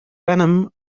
venom